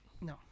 no